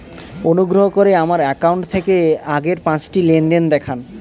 অনুগ্রহ করে আমার অ্যাকাউন্ট থেকে আগের পাঁচটি লেনদেন দেখান